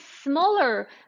smaller